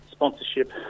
Sponsorship